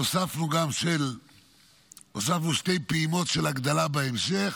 הוספנו שתי פעימות של הגדלה בהמשך